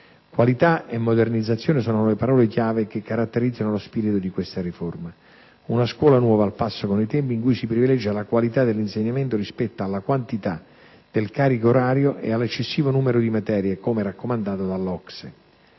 Qualità e modernizzazione sono le parole chiave che caratterizzano lo spirito di questa riforma. Una scuola nuova al passo con i tempi, in cui si privilegia la qualità dell'insegnamento rispetto alla quantità del carico orario e all'eccessivo numero di materie, come raccomandato dall'OCSE.